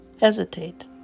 hesitate